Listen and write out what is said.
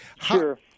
Sure